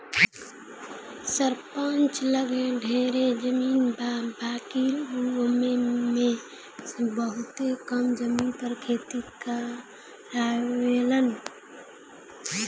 सरपंच लगे ढेरे जमीन बा बाकिर उ ओमे में से बहुते कम जमीन पर खेती करावेलन